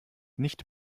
nicht